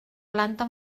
planta